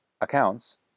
accounts